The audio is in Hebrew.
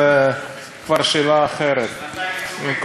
זה